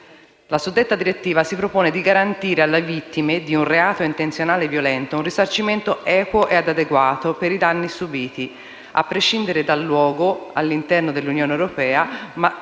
La suddetta direttiva si propone di garantire alle vittime di un reato intenzionale violento un risarcimento equo ed adeguato per i danni subiti, a prescindere dal luogo - all'interno dell'Unione europea, ma